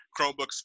Chromebooks